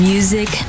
Music